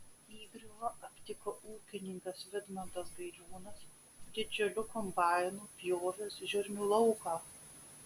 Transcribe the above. įgriuvą aptiko ūkininkas vidmantas gailiūnas didžiuliu kombainu pjovęs žirnių lauką